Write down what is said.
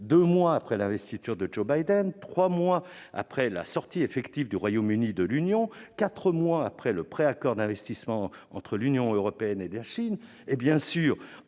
deux mois après l'investiture de Joe Biden, trois mois après la sortie effective du Royaume-Uni de l'Union, quatre mois après le pré-accord d'investissement entre l'Union européenne et la Chine et, bien sûr,